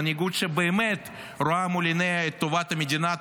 מנהיגות שבאמת רואה מול עיניה את טובת המדינה,